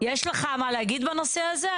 יש לך מה להגיד בנושא הזה?